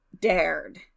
dared